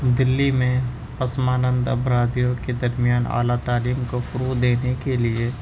دلی میں پسمانندہ برادریوں کے درمیان اعلیٰ تعلیم کو فروع دینے کے لیے